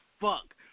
fuck